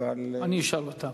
אני אשאל אותם.